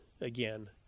again